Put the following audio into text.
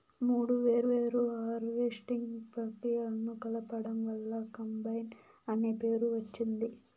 మూడు వేర్వేరు హార్వెస్టింగ్ ప్రక్రియలను కలపడం వల్ల కంబైన్ అనే పేరు వచ్చింది